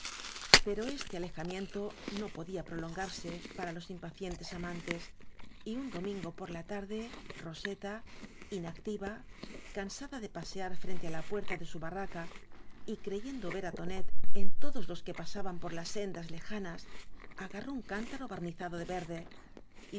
pero este alejamiento no podía prolon garse para los impacientes amantes y un domingo por la tarde roseta inactiva cansada de pasear frente á la puerta de barraca su y creyendo ver á tonet en todos los que pasaban por las sendas lejanas agarró un cántaro barnizado de verde